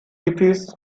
hippies